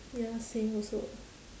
ya same also